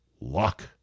luck